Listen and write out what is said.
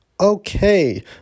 Okay